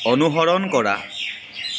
অনুসৰণ কৰা